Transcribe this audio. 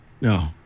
No